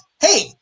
hey